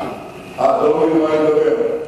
אני לא מבין, על מה אתה מדבר?